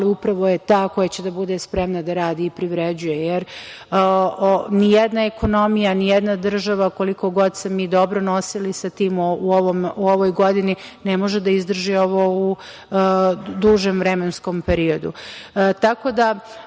upravo je ta koja će da bude spremna da radi i privređuje. Jer, nijedna ekonomija, nijedna država, koliko god se mi dobro nosili sa tim u ovoj godini, ne može da izdrži ovo u dužem vremenskom periodu. Odluke